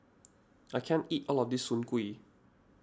I can't eat all of this Soon Kuih